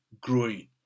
growing